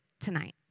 tonight